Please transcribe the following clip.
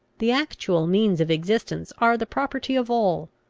the actual means of existence are the property of all.